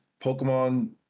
Pokemon